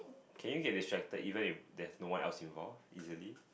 can you get distracted even if there's no one else involved easily